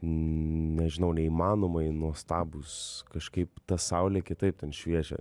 nežinau neįmanomai nuostabūs kažkaip ta saulė kitaip ten šviežia